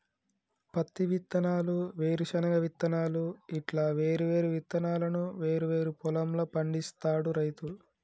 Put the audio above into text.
పత్తి విత్తనాలు, వేరుశన విత్తనాలు ఇట్లా వేరు వేరు విత్తనాలను వేరు వేరు పొలం ల పండిస్తాడు రైతు